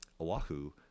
Oahu